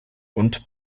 und